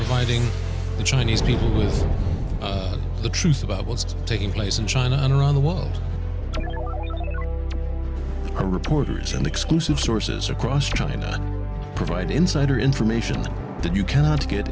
hiding the chinese people is the truth about what's taking place in china and around the world are reporters and exclusive sources across china provide insider information that you cannot get